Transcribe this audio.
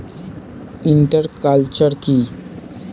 Inter culture কি?